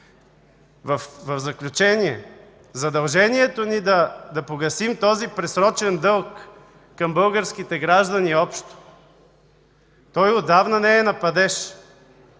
В заключение – задължението ни да погасим този пресрочен дълг към българските граждани е общо. Той отдавна не е на падеж.